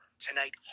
tonight